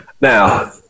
now